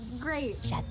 great